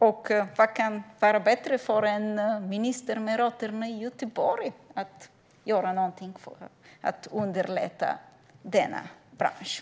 Vad kan vara bättre för en minister med rötterna i Göteborg än att göra något för underlätta för denna bransch?